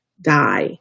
die